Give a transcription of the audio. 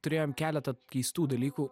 turėjom keletą keistų dalykų